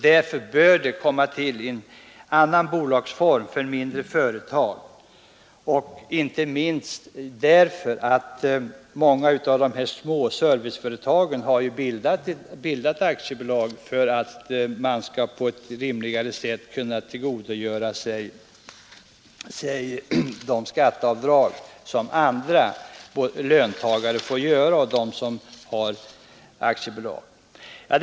Därför bör det komma till en annan bolagsform för mindre företag, inte minst på grund av att många av de små serviceföretagen har bildat aktiebolag just för att man på ett rimligare sätt skall kunna tillgodogöra sig de skatteavdrag som löntagare och aktiebolag får göra.